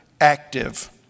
active